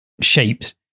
shaped